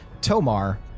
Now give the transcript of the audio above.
Tomar